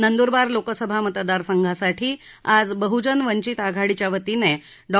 नंद्रबार लोकसभा मतदारसंघासाठी आज बहजन वंचित आघाडीच्या वतीने डॉ